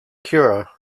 kira